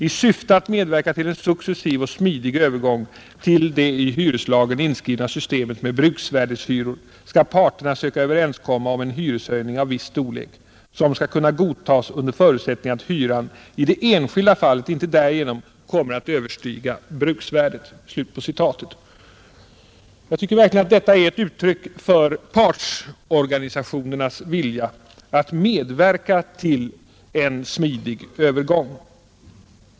I syfte att medverka till en successiv och smidig övergång till det i hyreslagen inskrivna systemet med bruksvärdeshyror skall parterna söka överenskomma om en hyreshöjning av viss storlek, som skall kunna godtas under förutsättning att hyran i det enskilda fallet inte därigenom kommer att överstiga bruksvärdet.” Jag tycker verkligen att detta är ett uttryck för partsorganisationernas vilja att medverka till en smidig övergång.